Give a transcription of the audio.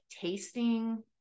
tasting